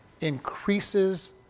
increases